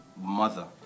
mother